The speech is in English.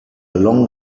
long